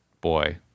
boy